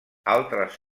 altres